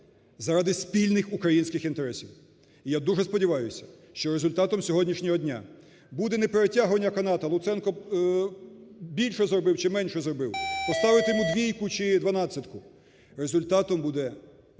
заради спільних українських інтересів. І я дуже сподіваюсь, що результатом сьогоднішнього дня буде не перетягування канату – Луценко більше зробив чи менше зробив, поставити йому двійку чи дванадцятку. Результатом буде подальша